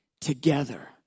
together